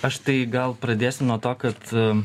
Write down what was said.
aš tai gal pradėsiu nuo to kad